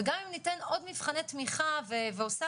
וגם אם ניתן עוד מבחני תמיכה והוספנו,